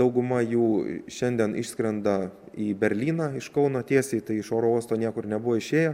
dauguma jų šiandien išskrenda į berlyną iš kauno tiesiai iš oro uosto niekur nebuvo išėję